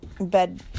bed